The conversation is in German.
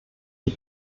die